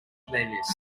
playlist